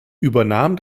übernahm